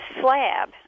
slab